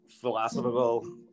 philosophical